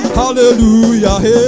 hallelujah